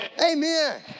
amen